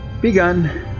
Begun